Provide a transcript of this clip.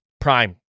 PRIME